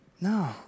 no